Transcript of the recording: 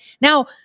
Now